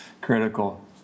critical